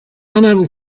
unable